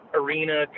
arena